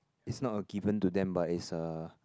is not a given to them but is a